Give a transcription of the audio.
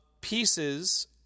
pieces